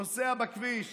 נוסע בכביש